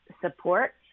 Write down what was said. support